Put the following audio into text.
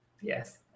Yes